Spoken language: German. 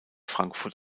frankfurt